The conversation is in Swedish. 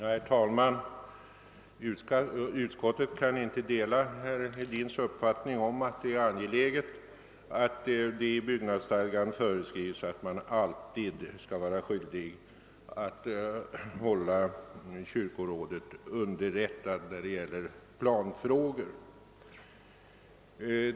Herr talman! Utskottet kan inte dela herr Hedins uppfattning, att det är angeläget att i byggnadsstadgan föreskriva en skyldighet att alltid hålla kyrkorådet underrättat i planfrågor.